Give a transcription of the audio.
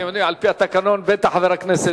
אתם יודעים, על-פי התקנון, בטח חבר הכנסת,